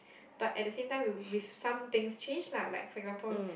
but at the same times will with something change lah like Singapore